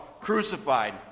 crucified